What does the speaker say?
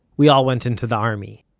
we all went into the army.